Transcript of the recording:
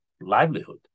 livelihood